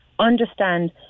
understand